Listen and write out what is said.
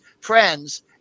friends